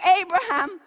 abraham